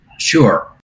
sure